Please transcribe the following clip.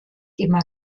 immer